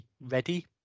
ready